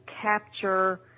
capture